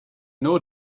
know